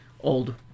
old